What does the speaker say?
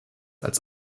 als